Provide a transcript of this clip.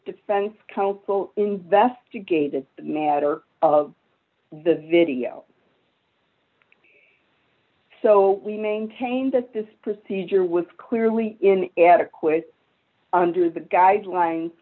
defense counsel investigated the matter of the video so we maintain that this procedure was clearly in adequate under the guidelines